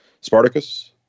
Spartacus